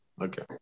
Okay